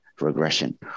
regression